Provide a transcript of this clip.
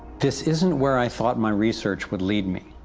this isn't where i thought my research would lead me,